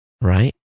Right